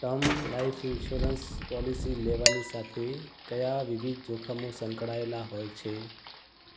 term life insurance policy લેવાની સાથે કયા વિવિધ જોખમો સંકળાયેલા હોય છે